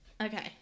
Okay